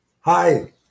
Hi